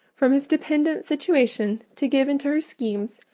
from his dependent situation, to give into her schemes,